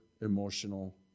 emotional